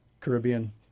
Caribbean